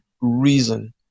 reason